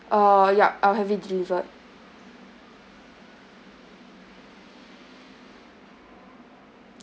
uh yup I'll have it delivered